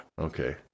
okay